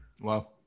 Wow